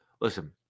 listen